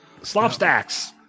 Slopstacks